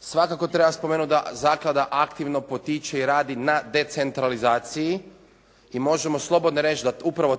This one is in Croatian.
Svakako treba spomenuti da zaklada aktivno potiče i radi na decentralizaciji i možemo slobodno reći da